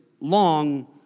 long